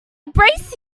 embrace